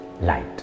light